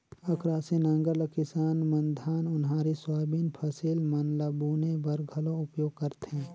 अकरासी नांगर ल किसान मन धान, ओन्हारी, सोयाबीन फसिल मन ल बुने बर घलो उपियोग करथे